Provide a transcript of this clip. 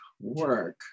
work